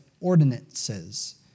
ordinances